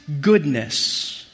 goodness